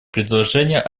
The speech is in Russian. предложения